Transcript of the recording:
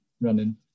running